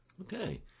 Okay